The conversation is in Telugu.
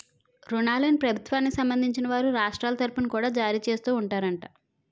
ఋణాలను ప్రభుత్వానికి సంబంధించిన వారు రాష్ట్రాల తరుపున కూడా జారీ చేస్తూ ఉంటారట